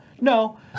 no